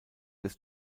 des